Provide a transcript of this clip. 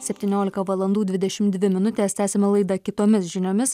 septyniolika valandų dvidešimt dvi minutės tęsiame laida kitomis žiniomis